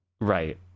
Right